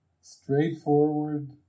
straightforward